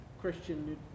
Christian